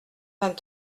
vingt